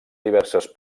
diverses